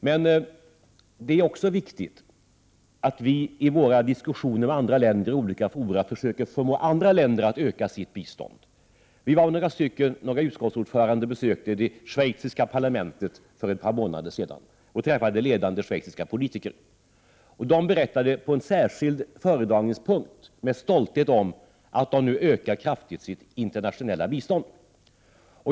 Men det är också viktigt att vi i diskussioner i olika fora försöker få andra länder att öka sitt bistånd. Några utskottsordförande besökte det schweiziska parlamentet för ett par månader sedan och träffade ledande schweiziska politiker. De berättade, på en särskild föredragningspunkt, med stolthet om att Schweiz nu kraftigt ökar sitt internationella bistånd.